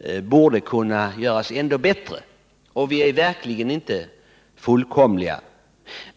ytterligare kunde göras. Vi är verkligen inte fullkomliga.